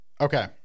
Okay